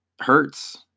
hurts